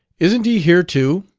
isn't he here too?